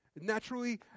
Naturally